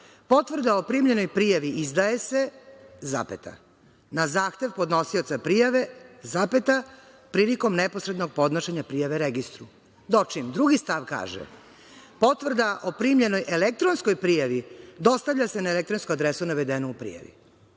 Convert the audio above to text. potvrda o primljenoj prijavi izdaje se, na zahtev podnosioca prijave, prilikom neposrednog podnošenja prijave registru, dočim. Drugi stav kaže – potvrda o primljenoj elektronskoj prijavi dostavlja se na elektronsku adresu navedenu u prijavi.